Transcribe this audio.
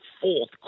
fourth